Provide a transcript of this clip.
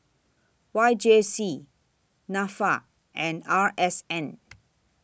Y J C Nafa and R S N